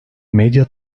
medya